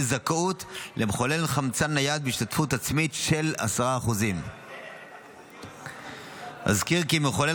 זכאות למחולל חמצן נייד בהשתתפות עצמית של 10%. אזכיר כי מחולל